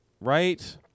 right